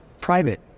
private